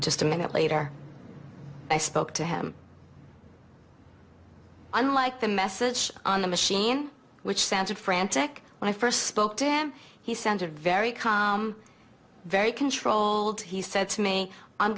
just a minute later i spoke to him unlike the message on the machine which sounded frantic when i first spoke to him he sent a very calm very controlled he said to me i'm